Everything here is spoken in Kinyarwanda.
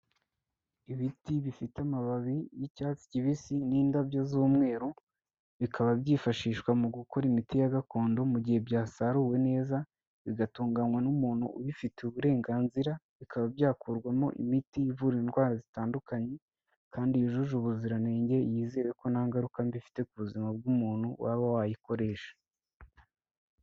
Ibiti bifite amababi y'icyatsi kibisi n'indabyo z'umweru, bikaba byifashishwa mu gukora imiti ya gakondo mu gihe byasaruwe neza bigatunganywa n'umuntu ubifitiye uburenganzira, bikaba byakurwamo imiti ivura indwara zitandukanye kandi yujuje ubuziranenge, yizewe ko nta ngaruka mbi ifite ku buzima bw'umuntu waba wayikoresha.